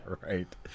right